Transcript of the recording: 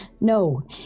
No